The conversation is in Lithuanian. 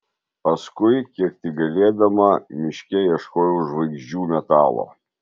paskui kiek tik galėdama miške ieškojau žvaigždžių metalo